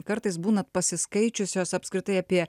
kartais būna pasiskaičiusios apskritai apie